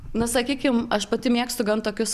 nu sakykim aš pati mėgstu gan tokius